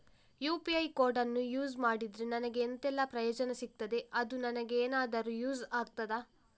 UPI ಕೋಡನ್ನು use ಮಾಡಿದ್ರೆ ನನಗೆ ಎಂಥೆಲ್ಲಾ ಪ್ರಯೋಜನ ಸಿಗ್ತದೆ, ಅದು ನನಗೆ ಎನಾದರೂ ಯೂಸ್ ಆಗ್ತದಾ?